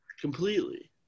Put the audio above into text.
Completely